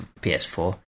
PS4